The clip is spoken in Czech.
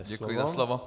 Děkuji za slovo.